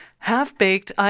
half-baked